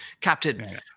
Captain